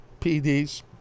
PDs